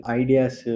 ideas